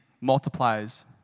multiplies